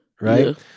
right